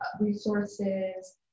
resources